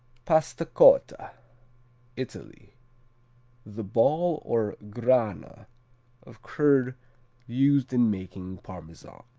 pasta cotta italy the ball or grana of curd used in making parmesan.